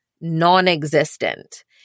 non-existent